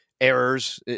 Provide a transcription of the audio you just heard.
errors